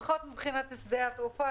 לפחות מבחינת האפשרות בשדה התעופה.